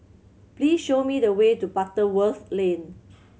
please show me the way to Butterworth Lane